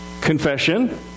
confession